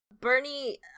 Bernie